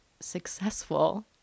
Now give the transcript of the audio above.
successful